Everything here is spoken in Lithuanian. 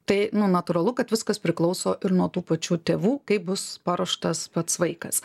tai nu natūralu kad viskas priklauso ir nuo tų pačių tėvų kaip bus paruoštas pats vaikas